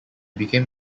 became